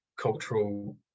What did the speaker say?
cultural